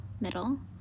middle